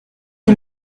des